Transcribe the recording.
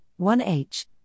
1H